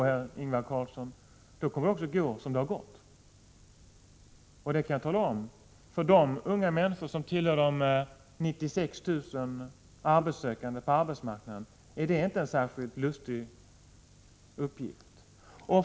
Men, herr Ingvar Carlsson, då kommer det också att gå som det hittills har gått. Jag kan tala om för de 96 000 unga människor som tillhör gruppen arbetssökande att uppgiften inte är särskilt lustig.